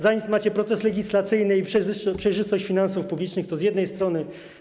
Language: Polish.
Za nic macie proces legislacyjny i przejrzystość finansów publicznych, to z jednej strony.